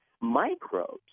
microbes